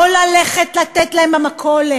לא לתת להם ללכת למכולת,